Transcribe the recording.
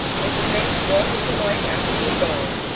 miss snaith brought him to light after you had gone.